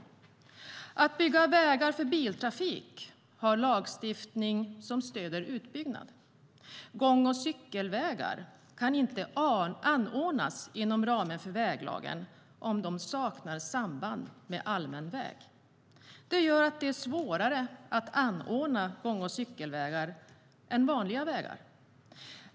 När det gäller att bygga vägar för biltrafik finns lagstiftning som stöder utbyggnad. Men gång och cykelvägar kan inte anordnas inom ramen för väglagen om de saknar samband med allmän väg. Det gör att gång och cykelvägar är svårare att anordna än vanliga vägar.